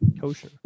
kosher